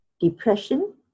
depression